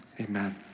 amen